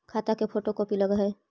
खाता के photo copy लगहै?